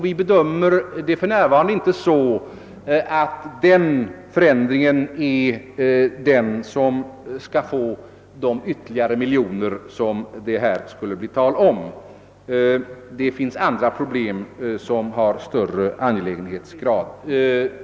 Vi bedömer det för närvarande inte så att vi på den förändringen vill ge ut de ytterligare miljoner som det då skulle bli tal om. Det finns andra problem som har större angelägenhetsgrad.